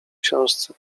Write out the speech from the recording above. książce